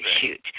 shoot